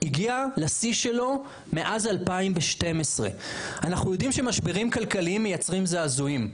הגיע לשיא שלו מאז 2012. אנחנו יודעים שמשברים כלכליים מייצרים זעזועים.